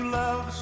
love